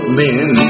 men